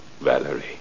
Valerie